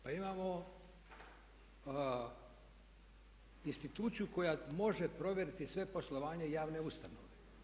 Pa imamo instituciju koja može provjeriti svo poslovanje javne ustanove.